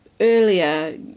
earlier